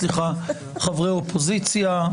סליחה חברי אופוזיציה,